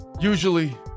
usually